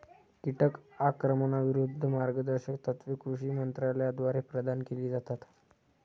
कीटक आक्रमणाविरूद्ध मार्गदर्शक तत्त्वे कृषी मंत्रालयाद्वारे प्रदान केली जातात